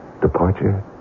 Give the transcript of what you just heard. departure